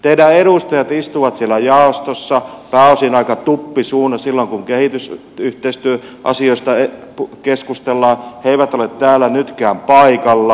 teidän edustajanne istuvat siellä jaostossa pääosin aika tuppisuina silloin kun kehitysyhteistyöasioista keskustellaan he eivät ole täällä nytkään paikalla